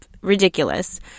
Ridiculous